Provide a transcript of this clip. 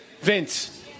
vince